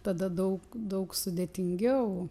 tada daug daug sudėtingiau